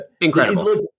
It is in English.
Incredible